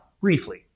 briefly